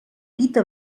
dita